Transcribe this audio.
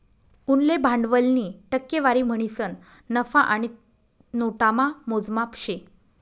उनले भांडवलनी टक्केवारी म्हणीसन नफा आणि नोटामा मोजमाप शे